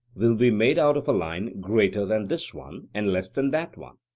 will be made out of a line greater than this one, and less than that one?